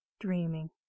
dreaming